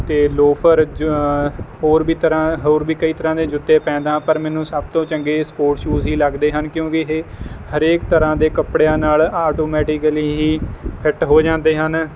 ਤੇ ਲੋਫਰ ਹੋਰ ਵੀ ਤਰ੍ਹਾਂ ਹੋਰ ਵੀ ਕਈ ਤਰ੍ਹਾਂ ਦੇ ਜੁੱਤੇ ਪਹਿਨਦਾ ਹਾਂ ਪਰ ਮੈਨੂੰ ਸਭ ਤੋਂ ਚੰਗੇ ਸਪੋਰਟਸ ਸ਼ੂਜ਼ ਹੀ ਲੱਗਦੇ ਹਨ ਕਿਉਂਕੀ ਇਹ ਹਰੇਕ ਤਰ੍ਹਾਂ ਦੇ ਕੱਪੜਿਆਂ ਨਾਲ ਆਟੋਮੈਟਿਕਲੀ ਹੀ ਫਿੱਟ ਹੋ ਜਾਂਦੇ ਹਨ